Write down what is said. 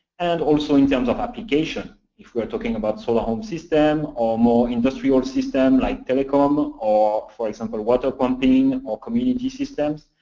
and also in terms of application if we are talking about solar home system, or more industrial system like telecom, or for example water pumping or community systems.